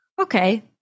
okay